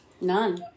None